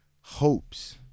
hopes